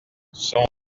son